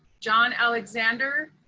john alexander,